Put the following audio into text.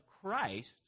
Christ